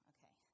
Okay